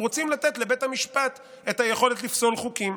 הם רוצים לתת לבית המשפט את היכולת לפסול חוקים.